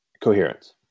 coherence